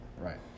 right